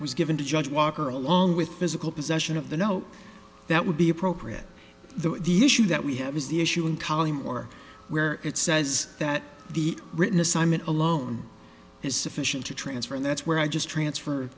was given to judge walker along with physical possession of the note that would be appropriate though the issue that we have is the issue in collymore where it says that the written assignment alone is sufficient to transfer and that's where i just transferred